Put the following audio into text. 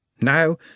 Now